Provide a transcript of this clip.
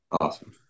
Awesome